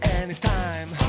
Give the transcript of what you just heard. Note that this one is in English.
anytime